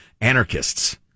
anarchists